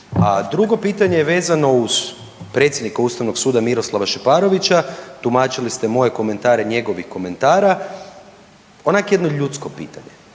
drugo pitanje je vezano uz predsjednika Ustavno suda Miroslava Šeparovića, tumačili ste moje komentare njegovih komentara, onak jedno ljudsko pitanje.